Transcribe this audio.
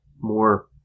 more